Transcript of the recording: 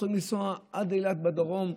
הם יכולים לנסוע עד אילת בדרום,